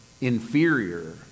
inferior